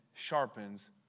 sharpens